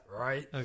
right